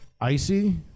icy